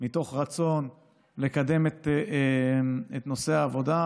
מתוך רצון לקדם את נושא העבודה,